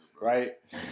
Right